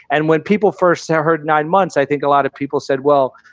and when people first heard nine months, i think a lot of people said, well,